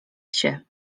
się